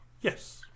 Yes